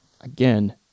again